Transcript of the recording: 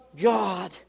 God